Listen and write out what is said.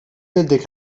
building